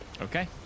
Okay